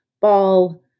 ball